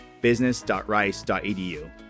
business.rice.edu